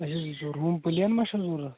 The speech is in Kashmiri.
اچھا ہُم پٕلین ما چھا ضوٚرَتھ